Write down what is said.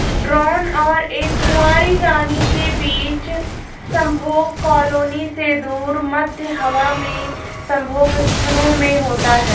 drone और एक कुंवारी रानी के बीच संभोग कॉलोनी से दूर, मध्य हवा में संभोग स्थलों में होता है